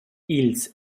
ils